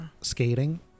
skating